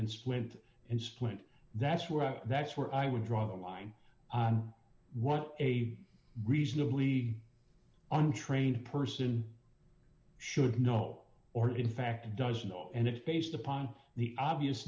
and splint and splint that's work that's where i would draw the line on what a reasonably untrained person should know or in fact does all and if based upon the obvious